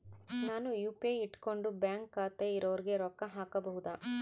ನಾನು ಯು.ಪಿ.ಐ ಇಟ್ಕೊಂಡು ಬ್ಯಾಂಕ್ ಖಾತೆ ಇರೊರಿಗೆ ರೊಕ್ಕ ಹಾಕಬಹುದಾ?